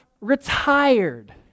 retired